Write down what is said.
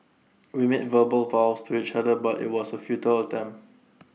we made verbal vows to each other but IT was A futile attempt